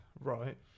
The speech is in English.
Right